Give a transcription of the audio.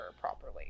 properly